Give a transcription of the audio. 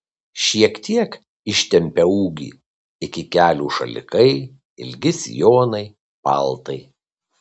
šiek tiek ištempia ūgį iki kelių šalikai ilgi sijonai paltai